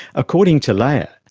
according to leah,